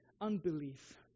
unbelief